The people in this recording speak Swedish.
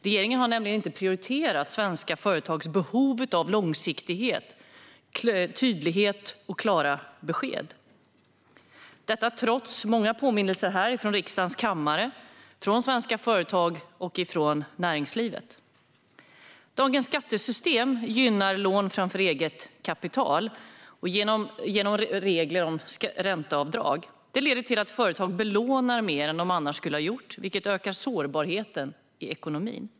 Regeringen har nämligen inte prioriterat svenska företags behov av långsiktighet, tydlighet och klara besked. Detta har skett trots många påminnelser här från riksdagens kammare, från svenska företag och från näringslivet. Dagens skattesystem gynnar lån framför eget kapital genom regler om ränteavdrag. Det leder till att företag lånar mer än vad de annars skulle ha gjort, vilket ökar sårbarheten i ekonomin.